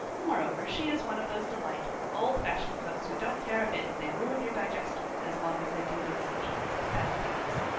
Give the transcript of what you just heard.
moreover, she is one of those delightful, old-fashioned cooks who don't care a bit if they ruin your digestion as long as they can give you feasts of fat things.